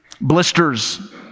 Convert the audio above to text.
blisters